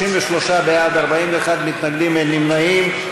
33 בעד, 41 מתנגדים, אין נמנעים.